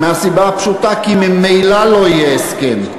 מהסיבה הפשוטה שממילא לא יהיה הסכם.